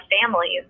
families